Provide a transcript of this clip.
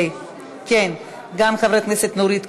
גם חברת הכנסת נורית קורן,